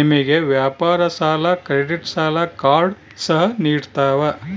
ನಿಮಗೆ ವ್ಯಾಪಾರ ಸಾಲ ಕ್ರೆಡಿಟ್ ಸಾಲ ಕಾರ್ಡ್ ಸಹ ನಿಡ್ತವ